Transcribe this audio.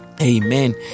Amen